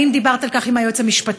האם דיברת על כך עם היועץ המשפטי?